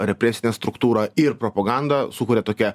represine struktūra ir propaganda sukuria tokią